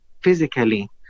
physically